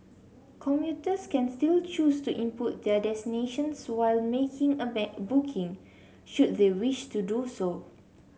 commuters can still choose to input their destinations while making a booking should they wish to do so